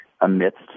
amidst